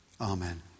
Amen